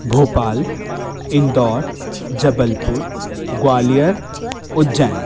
Bhopal Indore Jabalpur Gwalior Ujjain